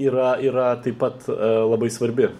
yra yra taip pat labai svarbi